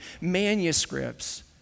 manuscripts